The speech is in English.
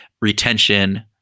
retention